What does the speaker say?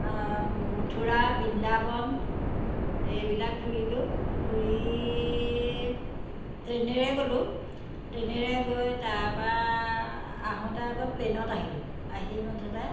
মথুৰা বৃন্দাবন এইবিলাক ফুৰিলোঁ ফুৰি ট্ৰেইনেৰে গ'লো ট্ৰেইনেৰে গৈ তাৰ পৰা আহোঁতে আকৌ প্লেনত আহিলোঁ আহি মুঠতে